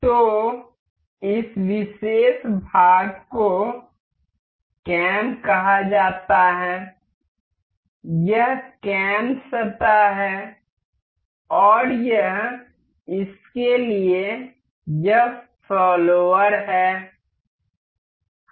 तो इस विशेष भाग को कैम कहा जाता है यह कैम सतह है और यह इसके लिए यह फोल्लोवर है